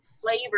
flavor